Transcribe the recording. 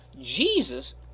jesus